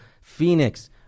Phoenix